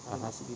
(uh huh)